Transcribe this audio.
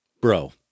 Bro